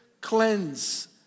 cleanse